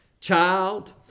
child